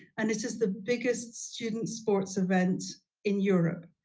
and it is the biggest student sports event in europe.